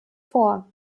vor